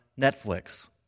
Netflix